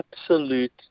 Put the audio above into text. absolute